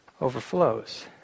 overflows